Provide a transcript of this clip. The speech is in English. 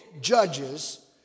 Judges